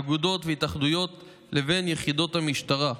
אגודות והתאחדויות לבין יחידות המשטרה,